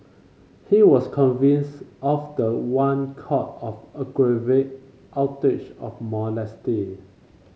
he was convicted of the one count of aggravate outrage of modesty